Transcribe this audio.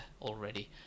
already